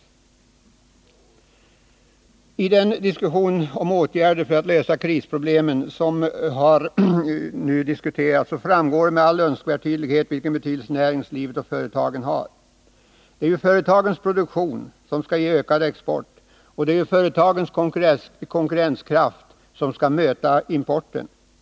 Av den diskussion om åtgärder för att lösa krisproblemen som nu har förts, framgår med all önskvärd tydlighet vilken betydelse näringslivet och företagen har. Det är ju företagens produktion som skall ge ökad export, och det är företagens konkurrenskraft som skall möta importen.